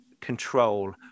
control